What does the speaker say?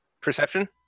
Perception